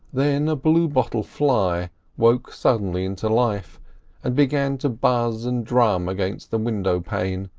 then a bluebottle fly awoke suddenly into life and began to buzz and drum against the window pane,